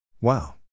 Wow